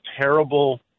terrible